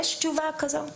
האם יש תשובה כזו?